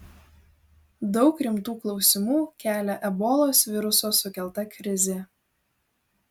daug rimtų klausimų kelia ebolos viruso sukelta krizė